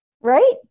right